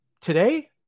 Today